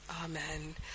Amen